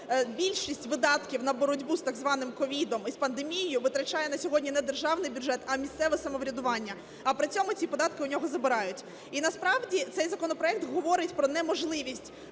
більшість видатків на боротьбу з так званим COVID і з пандемією витрачає сьогодні не державний бюджет, а місцеве самоврядування, а при цьому ці податки у нього забирають. І насправді цей законопроект говорить про неможливість